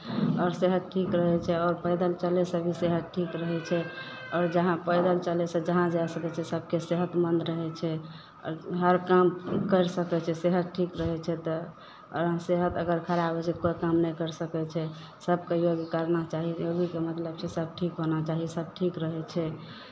आओर सेहत ठीक रहै छै आओर पैदल चलयसँ भी सेहत ठीक रहै छै आओर जहाँ पैदल चलै छै जहाँ जा सकै छियै सभकेँ सेहतमन्द रहै छै आओर हरकाम करि सकै छै सेहत ठीक रहै छै तऽ सेहत अगर खराब रहै छै तऽ कोइ काम नहि करि सकै छै सभकेँ योग करना चाही योगीके मतलब इसभ ठीक होना चाही सभ ठीक रहै छै